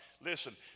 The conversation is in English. Listen